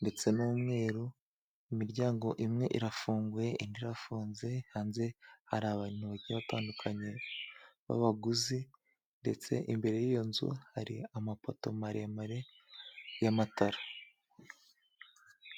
ndetse n'umweru, imiryango imwe irafunguye, indi irafunze, hanze hari abantu bagiye batandukanye b'abaguzi, ndetse imbere y'iyo nzu, hari amapoto maremare y'amatara.